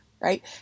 right